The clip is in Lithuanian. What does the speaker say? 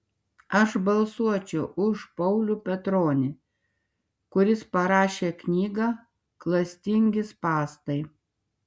aš balsuočiau už paulių petronį kuris parašė knygą klastingi spąstai